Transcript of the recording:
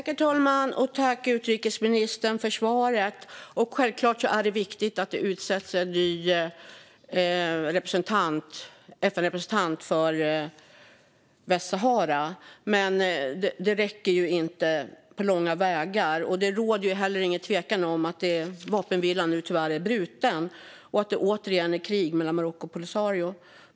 Herr talman! Jag tackar utrikesministern för svaret. Självklart är det viktigt att det utses en ny FN-representant för Västsahara. Men det räcker inte på långa vägar. Det råder heller inget tvivel om att vapenvilan nu tyvärr är bruten och att det återigen är krig mellan Marocko och Polisario.